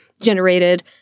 generated